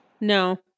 No